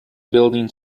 buildings